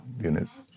units